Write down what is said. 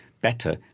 better